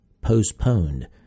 postponed